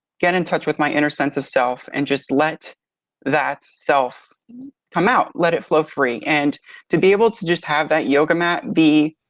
get in touch with my inner sense of self and just let that self come out, let it flow free. and to be able to just have that yoga mat be